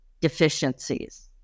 deficiencies